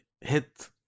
hit